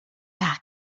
tak